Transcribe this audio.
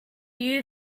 you